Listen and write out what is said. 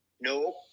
No